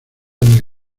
del